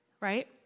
right